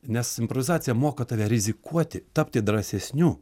nes improvizacija moka tave rizikuoti tapti drąsesniu